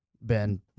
Ben